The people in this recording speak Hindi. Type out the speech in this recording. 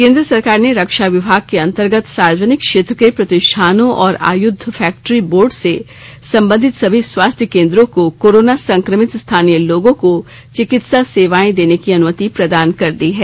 केन्द्र सरकार ने रक्षा विभाग के अंतर्गत सार्वजनिक क्षेत्र के प्रतिष्ठानों और आयुध फैक्टरी बोर्ड से संबंधित सभी स्वास्थ्य केन्द्रों को कोरोना संक्रमित स्थानीय लोगों को चिकित्सा सेवाएं देने की अनुमति प्रदान कर दी है